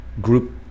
group